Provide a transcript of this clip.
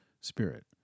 spirit